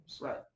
Right